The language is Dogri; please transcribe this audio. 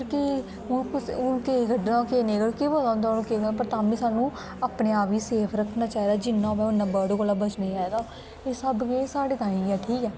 पर हून केहदा कड्ढे दा केह्दा नेई केह् पता होंदा पर फिर बी सानू अपने आप गी सेफ रखना चाहिदा जिन्ना होऐ इन्ना बचना चाहिदा एह् सब किश साढ़े तांई गै एह ठीक ऐ